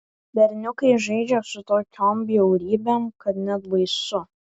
berniukai žaidžia su tokiom bjaurybėm kad net baisu